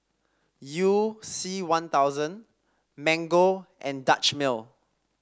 You C One Thousand Mango and Dutch Mill